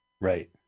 Right